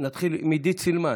נתחיל מעידית סילמן.